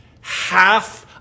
half